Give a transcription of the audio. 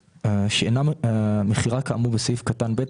שאינה מכירה כאמור סעיף קטן (ב),